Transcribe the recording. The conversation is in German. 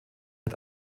hat